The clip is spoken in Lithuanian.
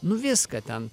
nu viską ten ten